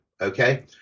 okay